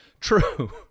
True